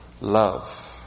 Love